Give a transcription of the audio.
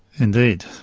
indeed.